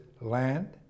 land